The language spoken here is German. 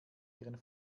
ihren